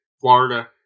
Florida